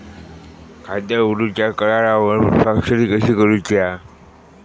खाता उघडूच्या करारावर स्वाक्षरी कशी करूची हा?